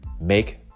make